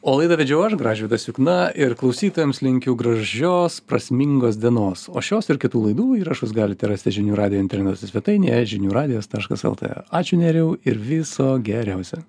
o laidą vedžiau aš gražvydas jukna ir klausytojams linkiu gražios prasmingos dienos o šios ir kitų laidų įrašus galite rasti žinių radijo interneto svetainėje žinių radijas taškas lt ačiū nerijau ir viso geriausio